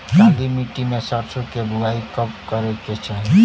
काली मिट्टी में सरसों के बुआई कब करे के चाही?